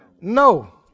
no